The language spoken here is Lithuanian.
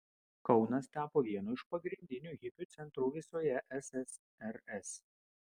kaunas tapo vienu iš pagrindinių hipių centrų visoje ssrs